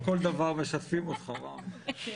חבר הכנסת רם שפע.